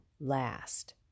last